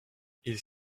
ils